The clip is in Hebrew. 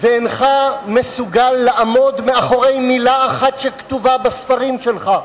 ואינך מסוגל לעמוד מאחורי מלה אחת שכתובה בספרים שלך?